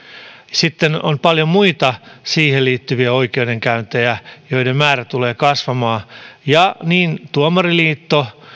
sitten on paljon muita siihen liittyviä oikeudenkäyntejä joiden määrä tulee kasvamaan niin tuomariliitto